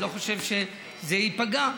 אני לא חושב זה ייפגע.